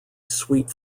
sweet